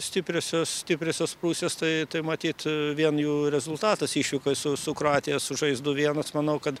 stipriosios stipriosios pusės tai tai matyt vien jų rezultatas išvykoj su su kroatija sužaist du vienas manau kad